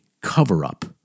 cover-up